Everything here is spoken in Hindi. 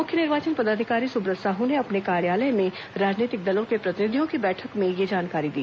मुख्य निर्वाचन पदाधिकारी सुब्रत साहू ने अपने कार्यालय में राजनीतिक दलों के प्रतिनिधियों की बैठक में यह जानकारी दी